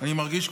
אני מרגיש,